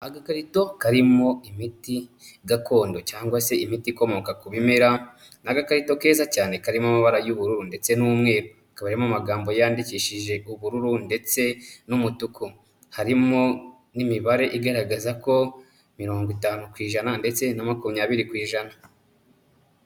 Agakarito karimo imiti gakondo cyangwa se imiti ikomoka ku bimera, ni agakarito keza cyane karimo amabara y'ubururu ndetse n'umweru. Hakaba harimo amagambo yandikishije ubururu ndetse n'umutuku. Harimo n'imibare igaragaza ko mirongo itanu ku ijana ndetse na makumyabiri ku ijana.